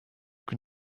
can